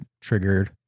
triggered